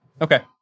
Okay